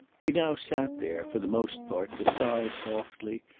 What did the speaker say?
he now sat there, for the most part, to sigh softly,